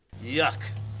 Yuck